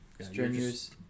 strenuous